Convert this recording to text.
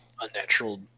unnatural